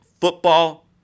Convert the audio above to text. football